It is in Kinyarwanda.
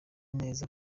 neza